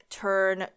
turn